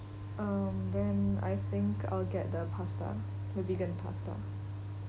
um then I think I'll get the pasta the vegan pasta